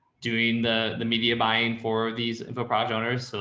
doing the the media buying for these info product owners. so